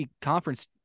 conference